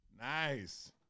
Nice